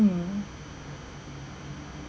mm